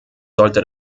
sollte